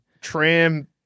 tram